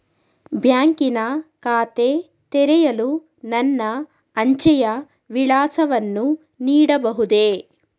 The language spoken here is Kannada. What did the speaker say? ಬ್ಯಾಂಕಿನ ಖಾತೆ ತೆರೆಯಲು ನನ್ನ ಅಂಚೆಯ ವಿಳಾಸವನ್ನು ನೀಡಬಹುದೇ?